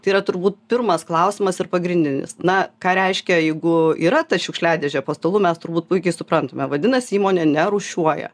tai yra turbūt pirmas klausimas ir pagrindinis na ką reiškia jeigu yra ta šiukšliadėžė po stalu mes turbūt puikiai suprantame vadinasi įmonė nerūšiuoja